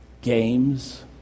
games